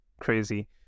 crazy